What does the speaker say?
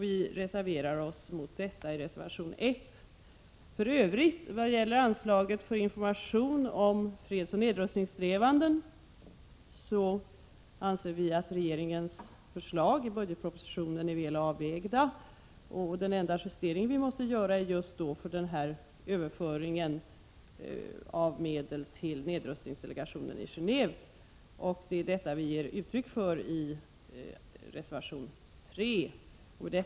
Därför har vi avgivit reservation nr 1. När det för övrigt gäller anslaget för information om fredsoch nedrustningssträvanden anser vi att regeringens förslag i budgetpropositionen är väl avvägda. Den enda justering som enligt vår åsikt måste göras avser just överföringen av medel till nedrustningsdelegationen i Geneve. Detta ger vi uttryck för i reservation nr 3.